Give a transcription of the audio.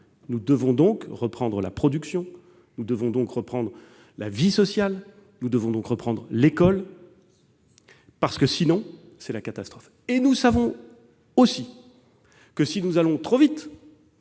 Nous devons donc reprendre la production, nous devons donc reprendre la vie sociale, nous devons donc reprendre l'école, parce que, sinon, c'est la catastrophe ! Nous savons aussi que, si nous allons trop vite,